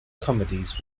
comedies